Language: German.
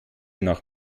nach